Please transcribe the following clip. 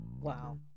Wow